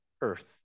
earth